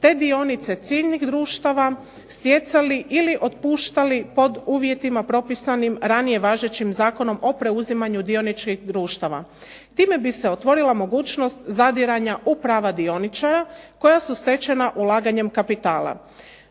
te dionice ciljnih društava stjecali ili otpuštali pod uvjetima propisanim ranije važećih Zakonom o preuzimanju dioničkih društava. Time bi se otvorila mogućnost zadiranja u prava dioničara koja su stečena ulaganjem kapitala.